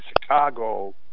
Chicago